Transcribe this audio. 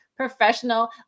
professional